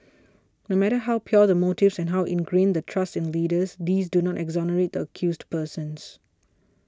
no matter how pure the motives and how ingrained the trust in leaders these do not exonerate the accused persons